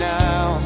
now